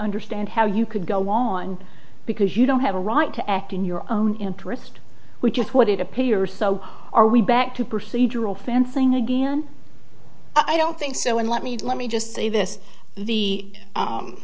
understand how you could go on because you don't have a right to act in your own interest which is what it appears so are we back to proceed rural fencing again i don't think so and let me let me just say this the